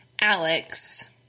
Alex